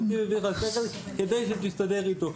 אלוקים נתן לך שכל כדי שתסתדר אותו.